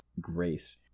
grace